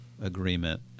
agreement